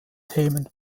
themen